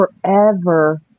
forever